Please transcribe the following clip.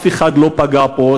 אף אחד לא פגע בו.